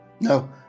No